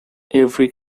every